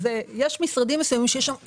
יש משרדים מסוימים שיש שם עומס,